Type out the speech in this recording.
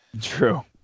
True